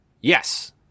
Yes